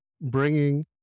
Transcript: bringing